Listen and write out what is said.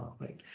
right